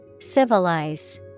Civilize